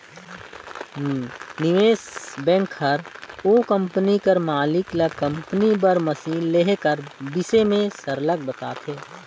निवेस बेंक हर ओ कंपनी कर मालिक ल कंपनी बर मसीन लेहे कर बिसे में सरलग बताथे